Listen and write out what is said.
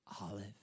olive